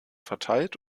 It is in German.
verteilt